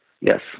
yes